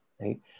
right